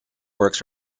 works